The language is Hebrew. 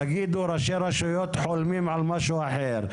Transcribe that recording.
תגידו ראשי רשויות חולמים על משהו אחר,